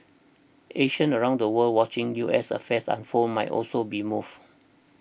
Asians around the world watching U S affairs unfold might also be moved